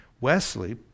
Wesley